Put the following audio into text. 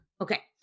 okay